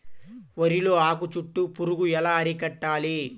వరిలో ఆకు చుట్టూ పురుగు ఎలా అరికట్టాలి?